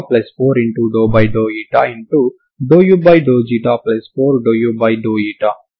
12cx ct0g1sds ను g1 negative అయినప్పుడు 12cx ct0g sds గా వ్రాయాలి అంటే g1sg s s0 మరియు g1sgs s0 అవుతుంది